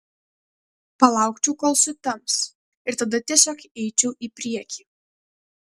palaukčiau kol sutems ir tada tiesiog eičiau į priekį